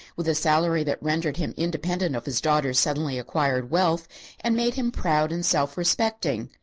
with a salary that rendered him independent of his daughter's suddenly acquired wealth and made him proud and self-respecting.